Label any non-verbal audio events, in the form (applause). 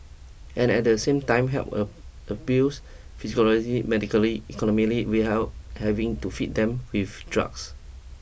and at the same time help a abuse (unintelligible) medically economically we hell having to feed them with